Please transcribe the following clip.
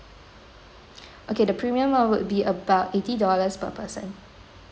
okay the premium one would be about eighty dollars per person